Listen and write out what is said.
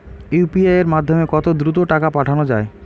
UPI এর মাধ্যমে কত দ্রুত টাকা পাঠানো যায়?